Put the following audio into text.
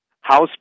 House